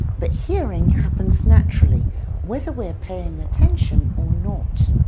but hearing happens naturally whether we're paying attention or not.